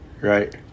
Right